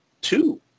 two